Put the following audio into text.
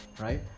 right